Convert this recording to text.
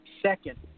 second